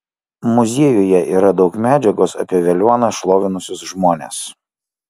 muziejuje yra daug medžiagos apie veliuoną šlovinusius žmones